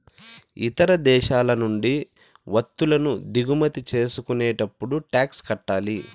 ఇతర దేశాల నుండి వత్తువులను దిగుమతి చేసుకునేటప్పుడు టాక్స్ కట్టాలి